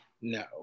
no